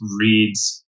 reads